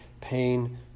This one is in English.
pain